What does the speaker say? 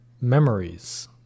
memories